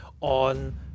on